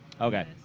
Okay